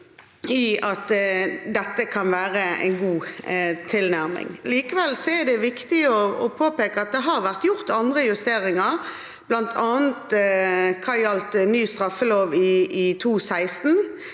i at dette kan være en god tilnærming. Likevel er det viktig å påpeke at det har vært gjort andre justeringer, bl.a. i ny straffelov i 2016,